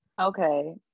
Okay